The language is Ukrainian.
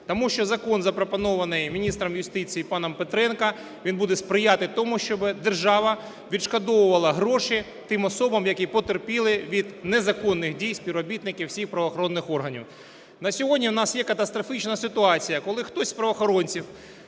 Тому що закон, запропонований міністром юстиції паном Петренко, він буде сприяти тому, щоб держава відшкодовувала гроші тим особам, які потерпіли від незаконних співробітників всіх правоохоронних органів. На сьогодні у нас є катастрофічна ситуація, коли хтось з правоохоронців